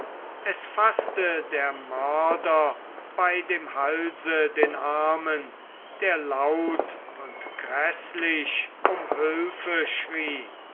es faßte der mörder bei dem halse den armen der laut und gräßlich um hilfe schrie